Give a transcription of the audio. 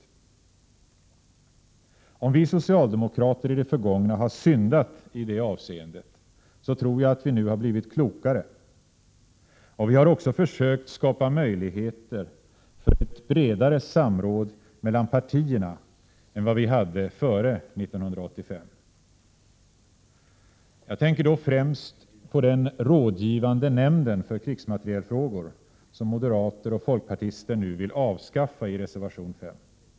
Även om vi socialdemokrater i det förgångna har syndat i det här avseendet, tror jag att vi nu har blivit klokare. Vi har också försökt att skapa möjligheter för ett bredare samråd mellan partierna än det vi hade före 1985. Jag tänker då främst på den rådgivande nämnden för krigsmaterielfrågor, som moderater och folkpartister nu vill avskaffa enligt reservation 5.